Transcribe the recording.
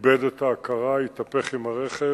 איבד את ההכרה, התהפך עם הרכב,